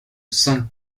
cinq